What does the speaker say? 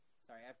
sorry